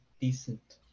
decent